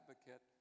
advocate